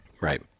Right